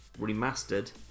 remastered